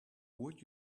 would